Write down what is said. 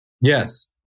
Yes